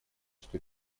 что